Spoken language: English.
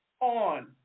on